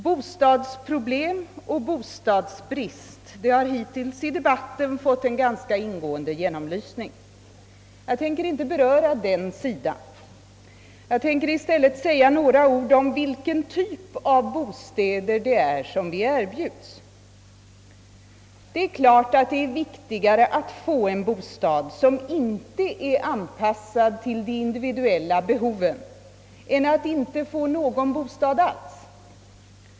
Bostadsproblemen har hittills i debatten fått en ganska ingående belysning. Jag tänker inte beröra bostadsbristen utan avser i stället att säga några ord om vilken typ av bostäder vi erbjuds. Det är klart att det är viktigare att få en bostad, som inte är anpassad till de individuella behoven, än att inte få någon bostad alls.